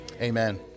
amen